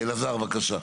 אוקיי, אלעזר, בבקשה.